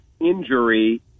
injury